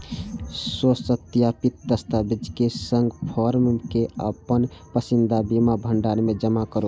स्वसत्यापित दस्तावेजक संग फॉर्म कें अपन पसंदीदा बीमा भंडार मे जमा करू